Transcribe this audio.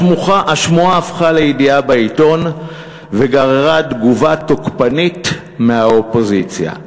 השמועה הפכה לידיעה בעיתון וגררה תגובה תוקפנית מהאופוזיציה.